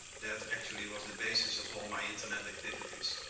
that actually was the basis of all my internet activities.